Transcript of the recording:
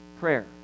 Prayer